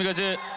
yeah jin